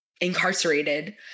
incarcerated